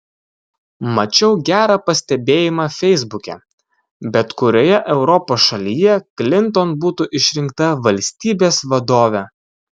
mačiau gerą pastebėjimą feisbuke bet kurioje europos šalyje klinton būtų išrinkta valstybės vadove